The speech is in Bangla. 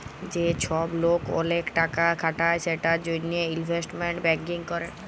যে চ্ছব লোক ওলেক টাকা খাটায় সেটার জনহে ইলভেস্টমেন্ট ব্যাঙ্কিং ক্যরে